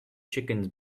chickens